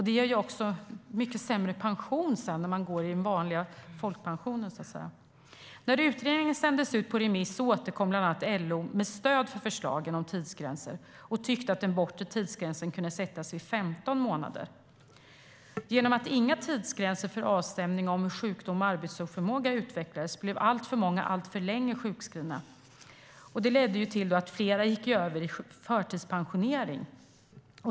Det ger också mycket sämre pension när man övergår i den vanliga folkpensionen. När utredningen sändes ut på remiss återkom bland annat LO med stöd för förslagen om tidsgränser och tyckte att den bortre tidsgränsen kunde sättas till 15 månader. Genom att inga tidsgränser för avstämning av sjukdom och arbetsförmåga utvecklades blev alltför många sjukskrivna alltför länge. Det ledde till att flera gick över i förtidspension.